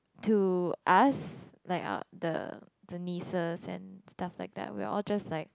to us like our the nieces and stuffs like that we're all just like